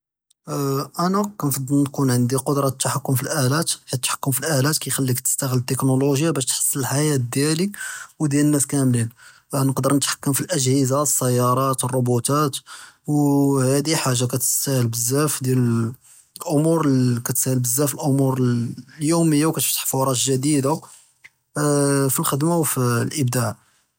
אה אנא כנפדל תקון ענדי כודרה אלתחת׳ם פי אלאלאת חית אלתחת׳ם פי אלאלאת כיחליק תסתע׳ל אלתכנולוגיה באש תחשל אלחיאת דיאלי ודיאל אלנאס כמלין באש נقدر נתחתקם פי אלאג׳הזה, אלסיארא, אלרובוטאת, והאדי חאג׳ה כיתסהל בזאף דיאל אלאמואר כיתסהל בזאף אלאמואר אליומיה וכתפתח פרץ ג׳דידה אה פי אלח׳דמה ופי אלאיבדאע.